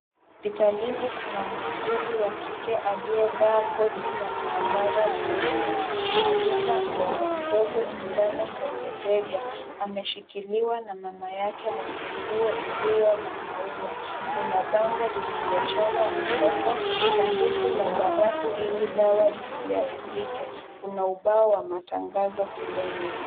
Hospitalini kuna muuguzi wa kike aliyevaa koti la maabara jeupe. Anadunga mtoto mdogo sindano kwenye bega. Ameshikiliwa na mama yake mwenye nguo iliyo na maua. Kuna bango lililochorwa mtoto, sanduku la barafu ili dawa zisiharibike. Kuna ubao wa matangazo kule nyuma.